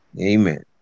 Amen